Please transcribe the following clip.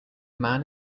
man